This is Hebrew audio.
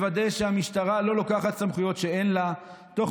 לוודא שהמשטרה לא לוקחת סמכויות שאין לה תוך